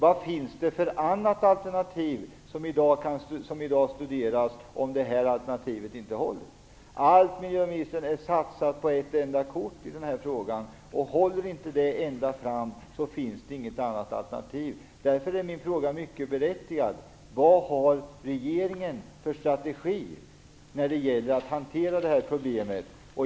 Vad finns det för annat alternativ som i dag studeras, om det här alternativet inte håller? Miljöministern satsar på ett enda kort i den här frågan. Håller det inte ända fram, finns det inget annat alternativ. Därför är min fråga mycket berättigad: Vad har regeringen för strategi för att hantera det här problemet?